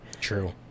True